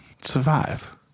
survive